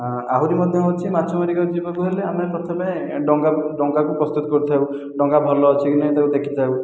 ଆହୁରି ମଧ୍ୟ ଅଛି ମାଛ ମାରିବାକୁ ଯିବାକୁ ହେଲେ ଆମେ ପ୍ରଥମେ ଡଙ୍ଗାକୁ ଡଙ୍ଗାକୁ ପ୍ରସ୍ତୁତ କରିଥାଉ ଡଙ୍ଗା ଭଲ ଅଛି କି ନାଇଁ ତାକୁ ଦେଖିଥାଉ